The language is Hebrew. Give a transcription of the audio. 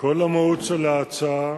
כל המהות של ההצעה